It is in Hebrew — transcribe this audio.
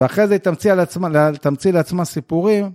ואחרי זה תמציא לעצמה סיפורים.